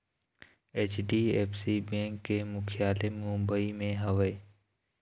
HDFC bank के मुख्यालय मुंबई म हवय